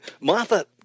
Martha